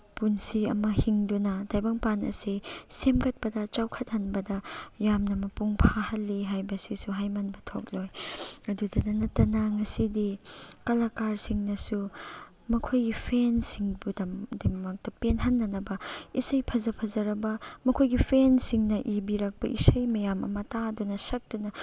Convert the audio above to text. ꯄꯨꯟꯁꯤ ꯑꯃ ꯍꯤꯡꯗꯨꯅ ꯇꯥꯏꯕꯪꯄꯥꯟ ꯑꯁꯦ ꯁꯦꯝꯒꯠꯄꯗ ꯆꯥꯎꯈꯠꯍꯟꯕꯗ ꯌꯥꯝꯅ ꯃꯄꯨꯡ ꯐꯥꯍꯜꯂꯤ ꯍꯥꯏꯕꯁꯤꯁꯨ ꯍꯥꯏꯃꯟꯕ ꯊꯣꯛꯂꯣꯏ ꯑꯗꯨꯇ ꯅꯠꯇꯅ ꯉꯁꯤꯗꯤ ꯀꯂꯀꯥꯔꯁꯤꯡꯅꯁꯨ ꯃꯈꯣꯏꯒꯤ ꯐꯦꯜꯁꯤꯡꯕꯨ ꯗꯃꯛꯇ ꯄꯦꯟꯍꯟꯅꯅꯕ ꯏꯁꯩ ꯐꯖ ꯐꯖꯔꯕ ꯃꯈꯣꯏꯒꯤ ꯐꯦꯟꯁꯤꯡꯅ ꯏꯕꯤꯔꯛꯄ ꯏꯁꯩ ꯃꯌꯥꯝ ꯑꯃ ꯇꯥꯗꯨꯅ ꯁꯛꯇꯨꯅ